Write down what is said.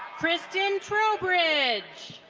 kristin trobridge.